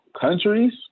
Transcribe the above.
countries